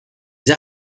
les